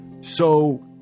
So